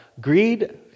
greed